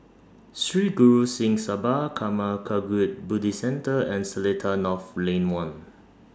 Sri Guru Singh Sabha Karma Kagyud Buddhist Centre and Seletar North Lane one